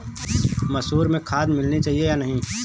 मसूर में खाद मिलनी चाहिए या नहीं?